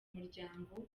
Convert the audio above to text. umuryango